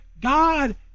God